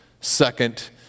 second